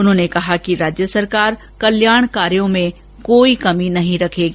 उन्होंने कहा कि राज्य सरकार कल्याण कार्यों में कोई कमी नहीं रखेगी